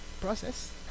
process